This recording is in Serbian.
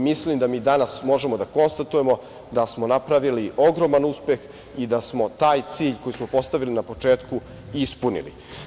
Mislim da mi danas možemo da konstatujemo da smo napravili ogroman uspeh i da smo taj cilj, koji smo postavili na početku, ispunili.